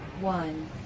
one